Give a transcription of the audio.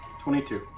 Twenty-two